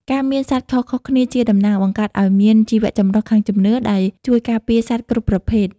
ការមានសត្វខុសៗគ្នាជាតំណាង បង្កើតឱ្យមាន "ជីវចម្រុះខាងជំនឿ" ដែលជួយការពារសត្វគ្រប់ប្រភេទ។